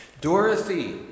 Dorothy